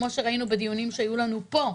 כמו שראינו בדיונים שהיו לנו פה,